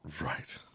Right